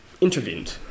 intervened